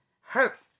hurt